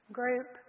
group